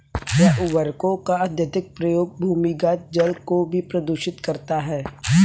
क्या उर्वरकों का अत्यधिक प्रयोग भूमिगत जल को भी प्रदूषित करता है?